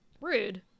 Rude